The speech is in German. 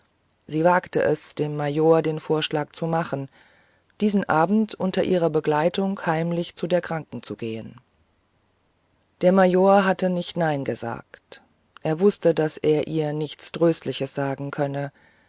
sie wagte es dem major den vorschlag zu machen diesen abend unter ihrer begleitung heimlich zu der kranken zu gehen der major hatte nicht nein gesagt er wußte daß er ihr nichts tröstliches sagen könne